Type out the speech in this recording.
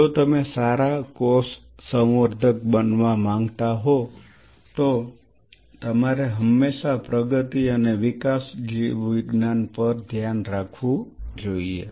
જો તમે સારા કોષ સંવર્ધક બનવા માંગતા હો તો તમારે હંમેશા પ્રગતિ અને વિકાસ જીવવિજ્ઞાન પર ધ્યાન રાખવુ જોઈએ